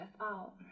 out